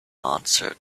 answered